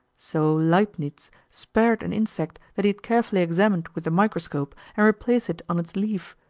so leibnitz spared an insect that he had carefully examined with the microscope, and replaced it on its leaf,